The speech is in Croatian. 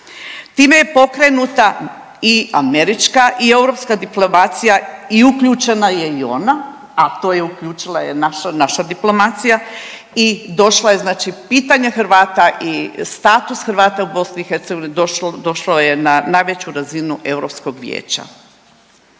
Time je pokrenuta i američka i europska diplomacija i uključena je i ona, a to je uključila naša diplomacija i došla je, znači pitanje Hrvata i status Hrvata u BiH došlo je na najveću razinu Europskog vijeća.